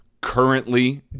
currently